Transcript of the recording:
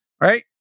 Right